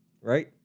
Right